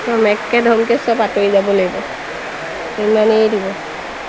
একে ধমকৈ চব আঁতৰি যাব লাগিব ইমানেই দিব